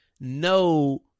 No